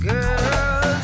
Girl